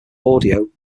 audio